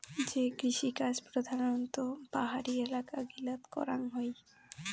যে কৃষিকাজ প্রধানত পাহাড়ি এলাকা গিলাত করাঙ হই